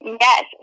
yes